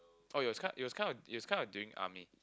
oh it was kind it was kind of it was kind of during army